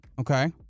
Okay